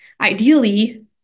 Ideally